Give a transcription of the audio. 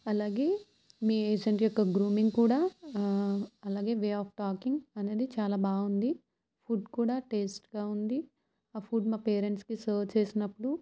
అలాగే మీ ఏజెంట్ యొక్క గ్రూమింగ్ కూడా అలాగే వే ఆఫ్ టాకింగ్ అనేది చాలా బాగుంది ఫుడ్ కూడా టేస్ట్గా ఉంది ఆ ఫుడ్ మా పేరెంట్స్కి సర్వ్ చేసినప్పుడు